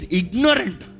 ignorant